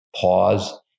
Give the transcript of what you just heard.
pause